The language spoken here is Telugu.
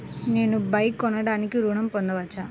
నేను బైక్ కొనటానికి ఋణం పొందవచ్చా?